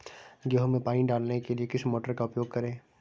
गेहूँ में पानी डालने के लिए किस मोटर का उपयोग करें?